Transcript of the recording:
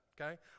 okay